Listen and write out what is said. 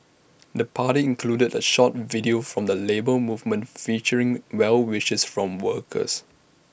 the party included A short video from the Labour Movement featuring well wishes from workers